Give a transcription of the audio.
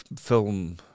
film